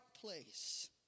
place